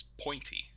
pointy